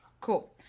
Cool